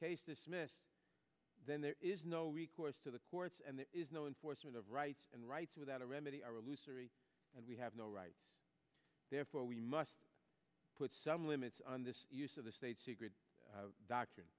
mess then there is no recourse to the courts and there is no enforcement of rights and rights without a remedy are illusory and we have no rights therefore we must put some limits on this use of the state secrets doctrine